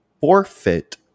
forfeit